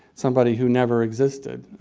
somebody who never existed,